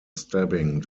stabbing